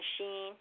machine